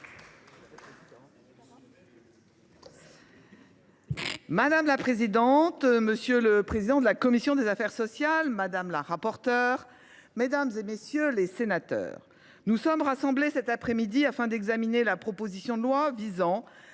Madame la présidente, monsieur le président de la commission des affaires sociales, madame la rapporteure, mesdames, messieurs les sénateurs, nous sommes rassemblés cet après midi afin d’examiner la proposition de loi visant